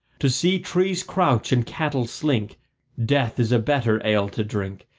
to see trees crouch and cattle slink death is a better ale to drink,